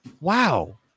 Wow